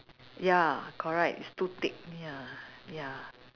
ya correct is too thick ya ya